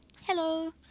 Hello